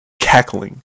cackling